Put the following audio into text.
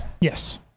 Yes